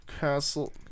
Castle